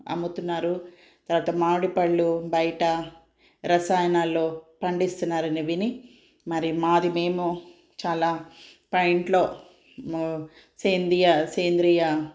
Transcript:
అమ్ముతున్నారు తర్వాత మామిడిపళ్ళు బయట రసాయనాల్లో పండిస్తున్నారని విని మరి మాది మేము చాలా మా ఇంట్లో సేందియ సేంద్రియ